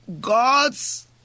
God's